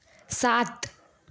સાત